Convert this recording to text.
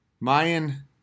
Mayan